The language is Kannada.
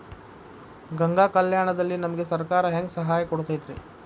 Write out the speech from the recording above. ಗಂಗಾ ಕಲ್ಯಾಣ ದಲ್ಲಿ ನಮಗೆ ಸರಕಾರ ಹೆಂಗ್ ಸಹಾಯ ಕೊಡುತೈತ್ರಿ?